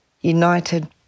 united